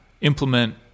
implement